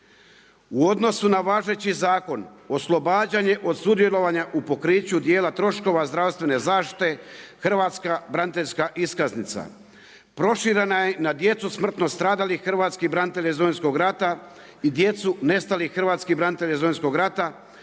U odnosu na važeći zakon oslobađanje od sudjelovanja u pokriću dijela troškova zdravstvene zaštite Hrvatska braniteljska iskaznica proširena je na djecu smrtno stradalih hrvatskih branitelja iz Domovinskog rata i djecu nestalih hrvatskih branitelja iz Domovinskog rata